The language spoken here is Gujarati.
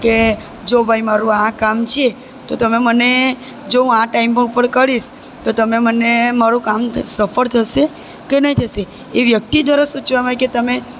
કે જો ભાઈ મારું આ કામ છે તો તમે મને જો હું આ ટાઈમ ઉપર કરીશ તો તમે મને મારું કામ સફળ થશે કે નહીં થશે એ વ્યક્તિ દ્વારા સૂચવવામાં આવે કે તમે